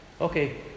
Okay